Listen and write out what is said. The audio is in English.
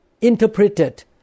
interpreted